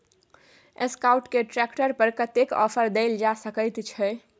Escort के tractor पर कतेक ऑफर दैल जा सकेत छै?